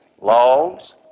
logs